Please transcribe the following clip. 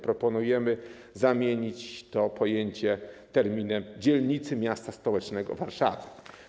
Proponujemy zamienić to pojęcie terminem „dzielnicy miasta stołecznego Warszawy”